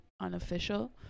unofficial